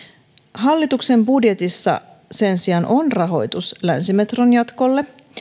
hallituksen budjetissa sen sijaan on rahoitus länsimetron jatkolle